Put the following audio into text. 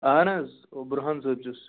اَہن حظ بُرہان صٲب چھُس